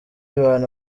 bantu